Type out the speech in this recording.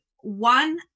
one